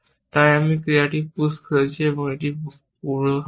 তাই আমি এই ক্রিয়াটি পুশ করেছি এবং এটি পূর্বশর্ত